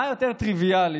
מה יותר טריוויאלי,